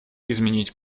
изменить